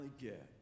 get